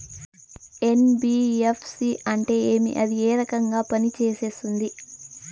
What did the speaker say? NBFC అంటే ఏమి అది ఏ రకంగా పనిసేస్తుంది